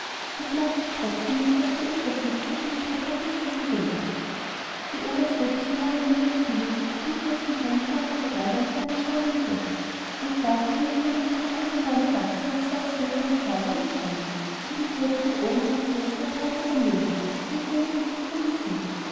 es macht sich trotzdem ein großer unterschied zwischen den drei treppenstufen geltend die oberste die smaaland am nächsten liegt ist zum größten teil mit magerer erde und kleinen steinen bedeckt und da können natürlich keine andern bäume wachsen als weißbirke und faulbaum und tanne die die kälte da oben auf der höhe zu ertragen vermögen und mit wenigem zufrieden sind